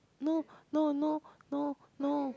no no no no no